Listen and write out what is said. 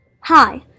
Hi